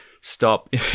stop